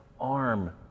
arm